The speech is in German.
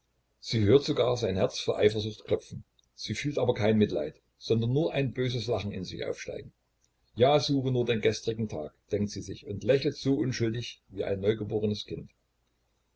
sie hört sogar sein herz vor eifersucht klopfen sie fühlt aber kein mitleid sondern nur ein böses lachen in sich aufsteigen ja suche nur den gestrigen tag denkt sie sich und lächelt so unschuldig wie ein neugeborenes kind